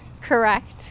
Correct